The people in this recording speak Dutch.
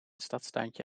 stadstuintje